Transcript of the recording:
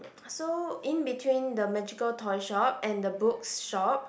so in between the magical toy shop and the books shop